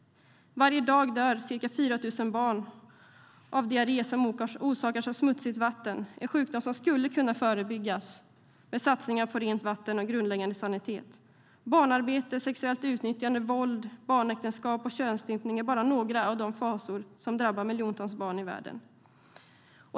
Varje dag dör ca 4 000 barn av diarré som orsakats av smutsigt vatten, en sjukdom som skulle kunna förebyggas genom satsningar på rent vatten och grundläggande sanitet. Barnarbete, sexuellt utnyttjande, våld, barnäktenskap och könsstympning är bara några av de fasor som drabbar miljontals barn i världen.